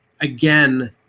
again